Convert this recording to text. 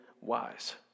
wise